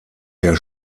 der